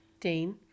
Dean